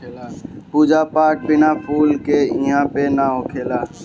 पूजा पाठ बिना फूल के इहां पे ना होखेला